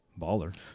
Baller